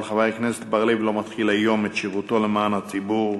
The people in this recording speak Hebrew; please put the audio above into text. אבל חבר הכנסת בר-לב לא מתחיל היום את שירותו למען הציבור,